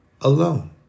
alone